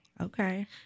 Okay